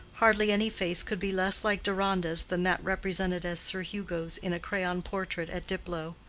hardly any face could be less like deronda's than that represented as sir hugo's in a crayon portrait at diplow.